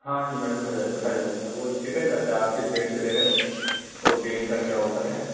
ہاں E M I پہ اٹھا اٹھایا جا سکتا ہے وہ ڈیپینڈ کرتا ہے آپ کس بینک سے لے رہے ہو تو بینک کا کیا آفر ہے